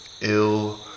ill